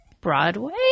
Broadway